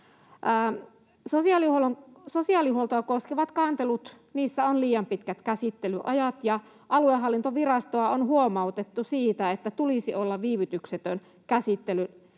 Sosiaalihuoltoa koskevissa kanteluissa on liian pitkät käsittelyajat, ja aluehallintovirastoa on huomautettu siitä, että tulisi olla viivytyksetön käsittely